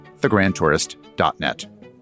thegrandtourist.net